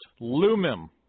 Lumim